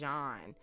John